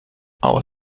our